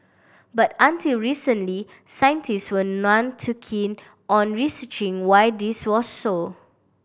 but until recently scientists were none too keen on researching why this was so